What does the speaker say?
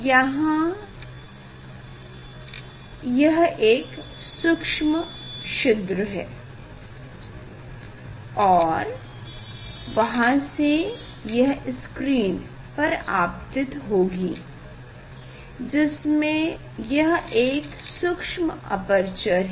यहाँ यह एक सूक्ष्म छिद्र है और वहाँ से यह स्क्रीन पर आपतित होगी जिसमे यह एक सूक्ष्म अपरचर है